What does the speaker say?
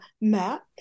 map